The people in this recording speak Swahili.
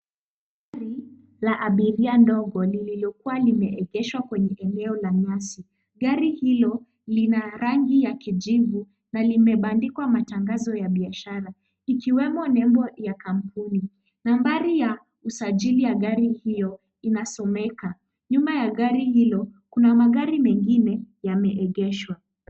Gari la abiria ndogo lililokuwa limeegeshwa kwenye eneo la nyasi. Gari hilo lina rangi ya kijivu na limebandikwa matangazo ya biashara, ikiwemo nembo ya kampuni. Nambari ya usajili ya gari hio inasomeka. Nyuma ya gari hilo, kuna magari mengine yameegeshwa.